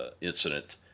incident